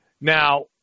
Now